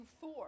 four